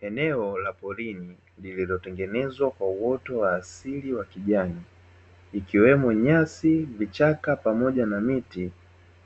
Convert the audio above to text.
Eneo la porini, lililotengenezwa kwa uoto wa asili wa kijani, ikiwemo nyasi, vichaka pamoja na miti